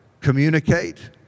communicate